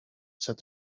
said